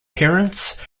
parents